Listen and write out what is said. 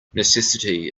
necessity